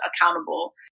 accountable